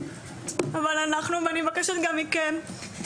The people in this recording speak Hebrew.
אז אנחנו פה ואני מבקשת גם מכם,